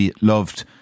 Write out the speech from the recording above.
loved